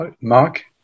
Mark